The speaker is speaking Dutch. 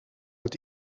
het